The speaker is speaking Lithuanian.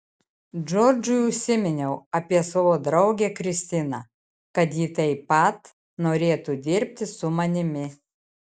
džordžui užsiminiau apie savo draugę kristiną kad ji taip pat norėtų dirbti su manimi